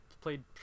played